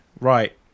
right